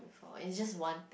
or is just one thing